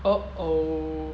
uh oh